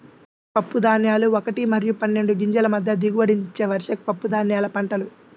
పప్పుధాన్యాలు ఒకటి మరియు పన్నెండు గింజల మధ్య దిగుబడినిచ్చే వార్షిక పప్పుధాన్యాల పంటలు